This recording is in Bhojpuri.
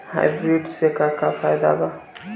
हाइब्रिड से का का फायदा बा?